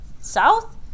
South